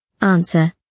Answer